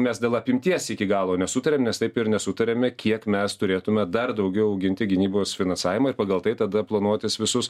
mes dėl apimties iki galo nesutariam nes taip ir nesutariame kiek mes turėtume dar daugiau auginti gynybos finansavimą ir pagal tai tada planuotis visus